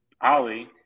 Ali